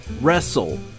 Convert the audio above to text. wrestle